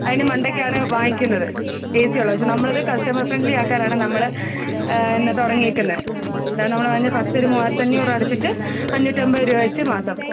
അതിന് മണ്ടയ്ക്കാണ് വാങ്ങിക്കുന്നത് ഏ സിയുള്ളത് പക്ഷേ നമ്മളത് കസ്റ്റമർ ഫ്രണ്ട്ലി ആക്കാനാണ് നമ്മൾ എന്നാ തുടങ്ങിയേക്കുന്നത് എന്താ നമ്മളതിന് ഫസ്റ്റൊരു മൂവായിരത്തഞ്ഞൂറ് രൂപ അടച്ചിട്ട് അഞ്ഞൂറ്റൻപത് രൂപ വെച്ച് മാസം